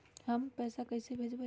हम पैसा कईसे भेजबई?